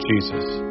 Jesus